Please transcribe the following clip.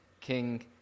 king